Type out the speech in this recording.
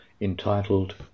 entitled